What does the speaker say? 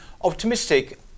optimistic